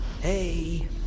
Hey